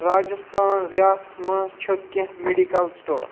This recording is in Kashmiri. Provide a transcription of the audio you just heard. راجستان ریاستس منٛز چھا کیٚنٛہہ میڈیکل سٹور